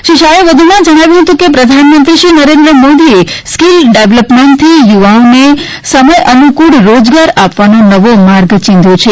શ્રી શાહે વધુમાં જણાવ્યું કે પ્રધાનમંત્રી શ્રી નરેન્દ્ર મોદીએ સ્કીલ ડેવલપમેન્ટથી યુવાઓને સમયાનુકુલ રોજગાર આપવાનો નવો માર્ગ ચિંધ્યો છે